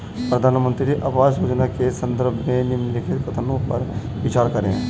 प्रधानमंत्री आवास योजना के संदर्भ में निम्नलिखित कथनों पर विचार करें?